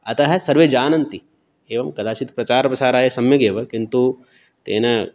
अतः सर्वे जानन्ति एवं कदाचित् प्रचारप्रसाराय सम्यक् एव किन्तु तेन